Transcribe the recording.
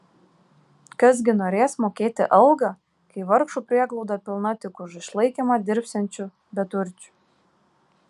kas gi norės mokėti algą kai vargšų prieglauda pilna tik už išlaikymą dirbsiančių beturčių